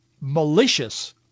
malicious